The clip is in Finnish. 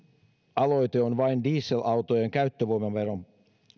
aloite on vain dieselautojen käyttövoimaveron